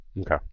okay